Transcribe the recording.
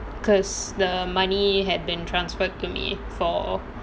because the money had been transferred to me for